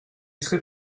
très